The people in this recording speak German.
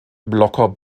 locker